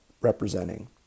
representing